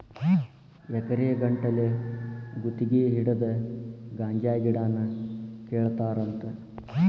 ಎಕರೆ ಗಟ್ಟಲೆ ಗುತಗಿ ಹಿಡದ ಗಾಂಜಾ ಗಿಡಾನ ಕೇಳತಾರಂತ